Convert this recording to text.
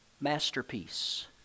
masterpiece